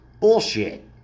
Bullshit